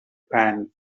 pan